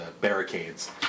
barricades